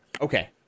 Okay